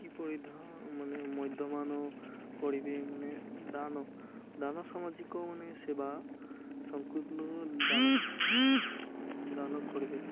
କିପରି ଧ ମାନେ ମଧ୍ୟମାନ କରିବେ ମାନେ ଦାନ ଦାନ ସାମାଜିକ ମାନେ ସେବା ସଂକୀର୍ଣ୍ଣ ଦାନ କରିବେ